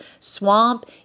swamp